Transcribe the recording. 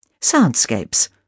Soundscapes